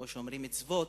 או שומרי מצוות,